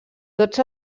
tots